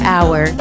Hour